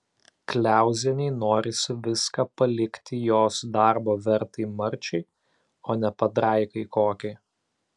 kliauzienei norisi viską palikti jos darbo vertai marčiai o ne padraikai kokiai